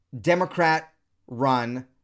Democrat-run